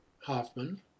Hoffman